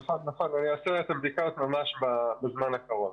נכון, אעשה את הבדיקה ממש בזמן הקרוב.